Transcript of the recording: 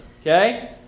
Okay